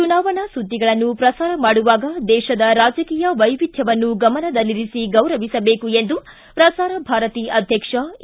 ಚುನಾವಣಾ ಸುದ್ದಿಗಳನ್ನು ಪ್ರಸಾರ ಮಾಡುವಾಗ ದೇಶದ ರಾಜಕೀಯ ವೈವಿಧ್ಯವನ್ನು ಗಮನದಲ್ಲಿರಿಸಿ ಗೌರವಿಸಬೇಕು ಎಂದು ಪ್ರಸಾರ ಭಾರತಿ ಅಧ್ಯಕ್ಷ ಎ